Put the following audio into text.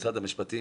ממשרד המשפטים,